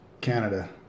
Canada